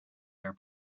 air